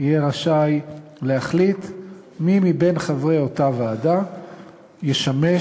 יהיה רשאי להחליט מי מחברי אותה ועדה ישמש